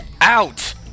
out